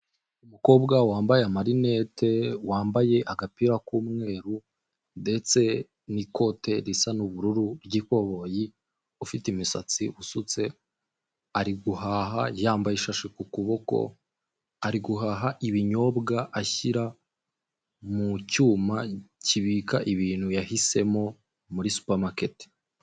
Umukobwa wambaye amarinete, wambaye agapira k'umweru ndetse n'ikote risa n'ubururu ry'ikoboyi, ufite imisatsi usutse, ari guhaha yambaye ishashi ku kuboko, ari guhaha ibinyobwa ashyira mu cyuma kibika ibintu yahisemo muri Supermarket.